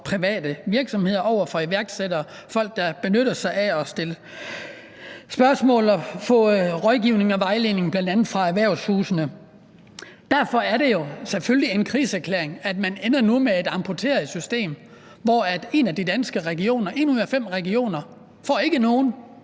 for private virksomheder og over for iværksættere og folk, der benytter sig af at stille spørgsmål og få rådgivning og vejledning bl.a. fra erhvervshusene. Derfor er det jo selvfølgelig en krigserklæring, at man nu ender med et amputeret system, hvor en af de Danske Regioner – en